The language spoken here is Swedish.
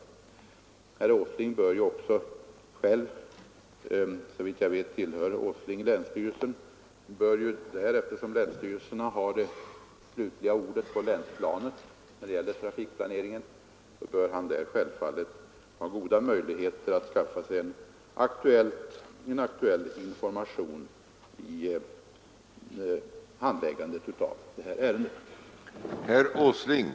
Såvitt jag vet tillhör herr Åsling länsstyrelsen och han bör där, eftersom länsstyrelserna har sista ordet på länsplanet när det gäller trafikplaneringen, ha goda möjligheter att skaffa sig en aktuell information vid handläggandet av detta ärende.